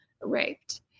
raped